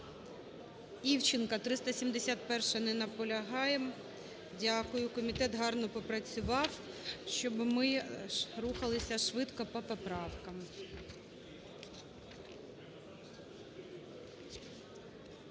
Івченко, 371-а. Не наполягаємо. Дякую. Комітет гарно попрацював, щоб ми рухалися швидко по поправкам.